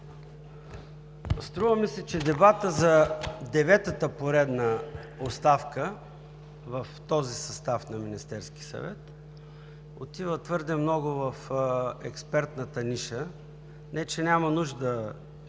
Струва ми се, че дебатът за деветата поредна оставка в този състав на Министерския съвет отива твърде много в експертната ниша, не че няма нужда да се